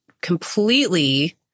completely